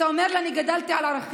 אתה אומר לי: אני גדלתי על ערכים.